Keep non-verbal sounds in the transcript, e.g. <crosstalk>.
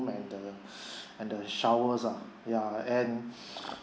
and the <breath> and the showers are ya and <breath>